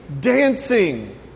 Dancing